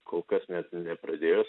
kol kas net nepradėjo